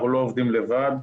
אנחנו לא עובדים לבד.